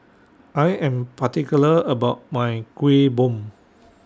I Am particular about My Kuih Bom